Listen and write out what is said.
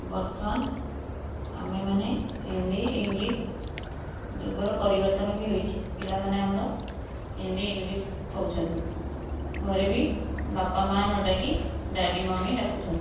ବର୍ତ୍ତମାନ ଆମେମାନେ ହିନ୍ଦୀ ଇଂଲିଶ୍ ଯୁଗର ପରିବର୍ତ୍ତନ ବି ହୋଇଛି ପିଲାମାନେ ଆମର ହିନ୍ଦୀ ଇଂଲିଶ୍ କହୁଛନ୍ତି ଘରେ ବି ବାପା ମା' ନ ଡାକି ଡ୍ୟାଡ଼ି ମମି ଡାକୁଛନ୍ତି